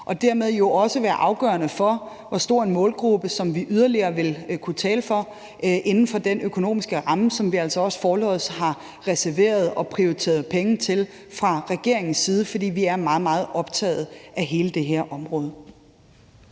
og dermed jo også være afgørende for, hvor stor en målgruppe vi yderligere vil kunne tale for inden for den økonomiske ramme, som vi altså også forlods har reserveret og prioriteret penge til fra regeringens side, fordi vi er meget, meget optagede af hele det her område.